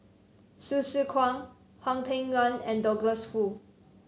Hsu Tse Kwang Hwang Peng Yuan and Douglas Foo